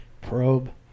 Probe